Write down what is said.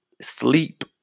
sleep